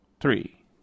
three